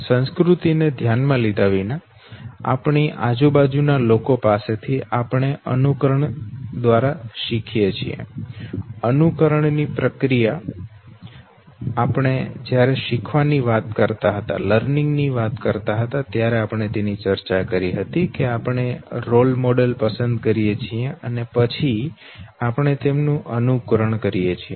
સંસ્કૃતિ ને ધ્યાનમાં લીધા વિના આપણી આજુબાજુ ના લોકો પાસેથી આપણે અનુકરણ દ્વારા શીખીએ છીએ અનુકરણ ની પ્રક્રિયા આપણે જ્યારે શીખવાની વાત કરતા હતા ત્યારે ચર્ચા કરી હતી કે આપણે રોલ મોડેલ પસંદ કરીએ છીએ અને પછી આપણે તેમનું અનુકરણ કરીએ છીએ